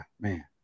man